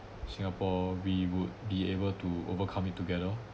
singapore we would be able to overcome it together oh